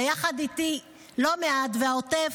ויחד איתי לא מעט, גם מהעוטף,